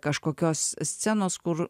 kažkokios scenos kur